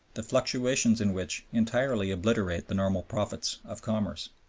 the fluctuations in which entirely obliterate the normal profits of commerce.